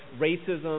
racism